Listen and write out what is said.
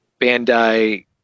Bandai